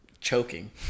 choking